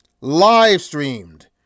Live-streamed